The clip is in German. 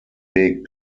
weg